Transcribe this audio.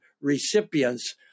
recipients